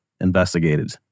investigated